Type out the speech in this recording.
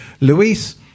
Luis